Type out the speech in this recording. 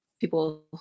people